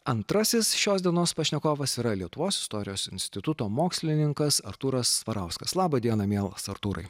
antrasis šios dienos pašnekovas yra lietuvos istorijos instituto mokslininkas artūras svarauskas laba diena mielas artūrai